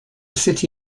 city